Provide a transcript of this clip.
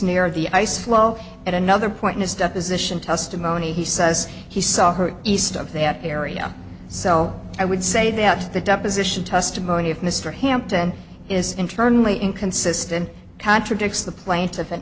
near the ice well at another point in his deposition testimony he says he saw her east of that area so i would say that the deposition testimony of mr hampton is internally inconsistent contradicts the plaintiff and